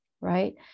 right